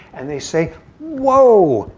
and they say whoa,